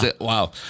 Wow